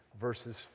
verses